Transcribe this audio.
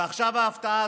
ועכשיו ההפתעה,